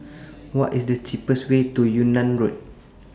What IS The cheapest Way to Yunnan Road